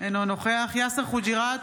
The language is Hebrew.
אינו נוכח יאסר חוג'יראת,